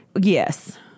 yes